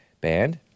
band